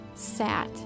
sat